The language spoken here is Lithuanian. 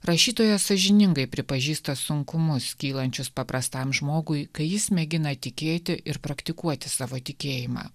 rašytoja sąžiningai pripažįsta sunkumus kylančius paprastam žmogui kai jis mėgina tikėti ir praktikuoti savo tikėjimą